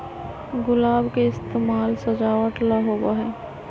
गुलाब के इस्तेमाल सजावट ला होबा हई